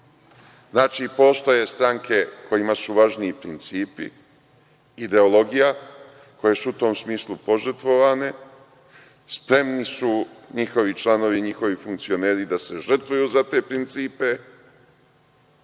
vlast. Znači, postoje stranke kojima su važniji principi, ideologija, koje su u tom smislu požrtvovane. Spremni su njihovi članovi i njihovi funkcioneri da se žrtvuju za te principe,